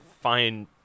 find